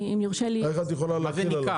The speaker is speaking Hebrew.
איך את יכולה להחיל עליו?